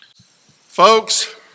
Folks